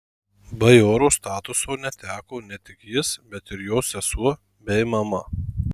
bajoro statuso neteko ne tik jis bet ir jo sesuo bei mama